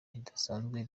ridasanzwe